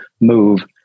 move